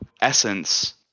essence